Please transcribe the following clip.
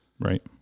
Right